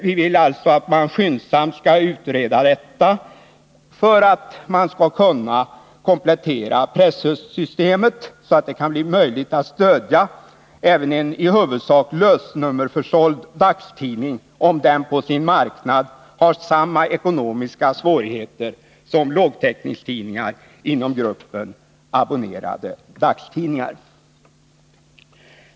Vi vill att regeringen skyndsamt skall utreda detta med sikte på att komplettera presstödssystemet så att det blir möjligt att stödja även en i huvudsak lösnummerförsåld dagstidning, om den på sin marknad har samma ekonomiska svårigheter som lågtäckningstidningar inom gruppen abonnerade dagstidningar.